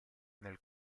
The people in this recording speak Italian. nel